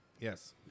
Yes